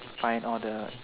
find all the